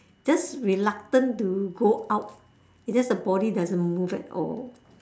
just reluctant to go out it's just the body doesn't move at all